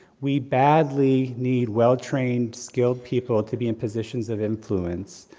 we badly need well trained, skilled people to be in positions of influence,